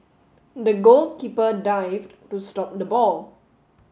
the goalkeeper dived to stop the ball